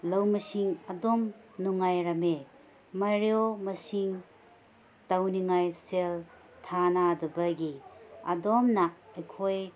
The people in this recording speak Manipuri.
ꯂꯧꯃꯤꯁꯤꯡ ꯑꯗꯨꯝ ꯅꯨꯡꯉꯥꯏꯔꯝꯃꯤ ꯃꯔꯨ ꯃꯁꯤꯡ ꯇꯧꯅꯤꯡꯉꯥꯏ ꯁꯦꯜ ꯊꯥꯅꯗꯕꯒꯤ ꯑꯗꯣꯝꯅ ꯑꯩꯈꯣꯏ